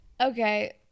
Okay